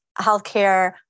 healthcare